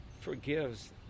forgives